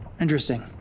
Interesting